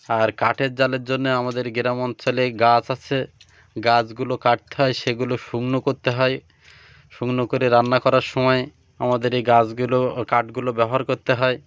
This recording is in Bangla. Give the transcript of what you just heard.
আর কাঠের জালের জন্যে আমাদের গ্রাম অঞ্চলে গাছ আছে গাছগুলো কাটতে হয় সেগুলো শুকনো করতে হয় শুকনো করে রান্না করার সময় আমাদের এই গাছগুলো কাঠগুলো ব্যবহার করতে হয়